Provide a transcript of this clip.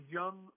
young